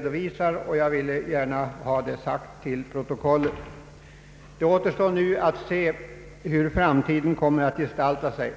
Detta vill jag gärna ha fört till protokollet. Det återstår nu att se hur framtiden kommer att gestalta sig.